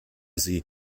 sie